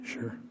Sure